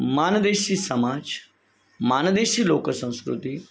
माणदेशी समाज माणदेशी लोकसंस्कृती